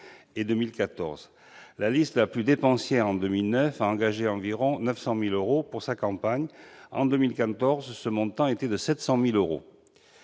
en 2014. La liste la plus dépensière en 2009 a engagé environ 900 000 euros pour sa campagne. En 2014, ce montant était de 700 000 euros.